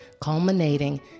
culminating